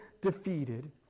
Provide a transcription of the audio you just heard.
defeated